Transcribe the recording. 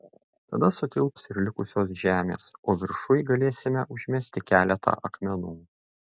tada sutilps ir likusios žemės o viršuj galėsime užmesti keletą akmenų